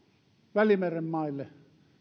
välimeren maille